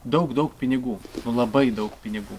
daug daug pinigų labai daug pinigų